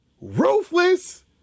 ruthless